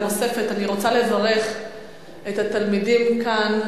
נוספת אני רוצה לברך את התלמידים כאן,